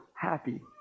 Happy